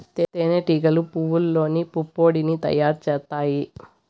తేనె టీగలు పువ్వల్లోని పుప్పొడిని తయారు చేత్తాయి